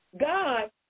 God